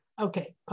Okay